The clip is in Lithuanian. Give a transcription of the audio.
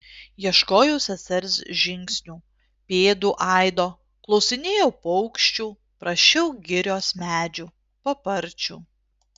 ieškojau sesers žingsnių pėdų aido klausinėjau paukščių prašiau girios medžių paparčių